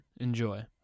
Enjoy